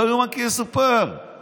אדוני היושב-ראש, על ה"מרחב תמרון רחב יותר"